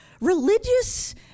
religious